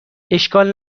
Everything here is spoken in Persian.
اشکال